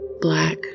Black